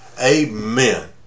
Amen